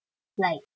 like